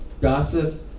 gossip